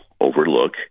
overlook